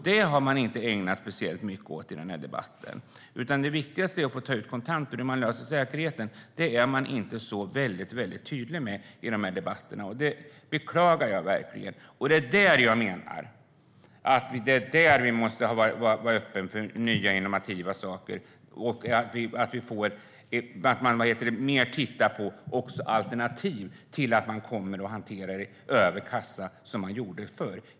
Den har man inte ägnat sig speciellt mycket åt i den här debatten, utan det viktigaste är att få ta ut kontanter. Hur säkerheten ska lösas är man inte särskilt tydlig med i de här debatterna. Det beklagar jag verkligen. Det är där jag menar att vi måste vara öppna för nya och innovativa saker och titta på alternativ till att hantera över kassa på det sätt som det gjordes förr.